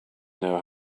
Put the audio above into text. know